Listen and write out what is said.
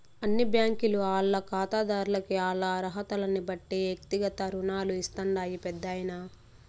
అన్ని బ్యాంకీలు ఆల్ల కాతాదార్లకి ఆల్ల అరహతల్నిబట్టి ఎక్తిగత రుణాలు ఇస్తాండాయి పెద్దాయనా